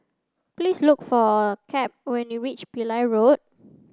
please look for Cap when you reach Pillai Road